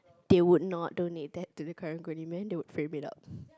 they would not donate that to the karang-guni man they would frame it up